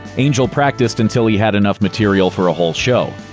angel practiced until he had enough material for a whole show.